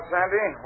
Sandy